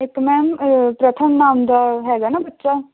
ਇਕ ਮੈਮ ਪ੍ਰਥਮ ਨਾਮ ਦਾ ਹੈਗਾ ਨਾ ਬੱਚਾ